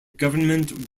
government